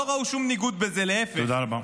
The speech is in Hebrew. לא ראו שום ניגוד בזה, להפך" -- תודה רבה.